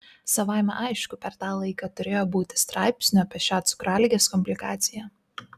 savaime aišku per tą laiką turėjo būti straipsnių apie šią cukraligės komplikaciją